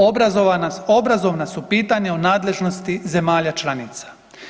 Obrazovna su pitanja u nadležnosti zemalja članica.